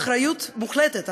באחריות מוחלטת,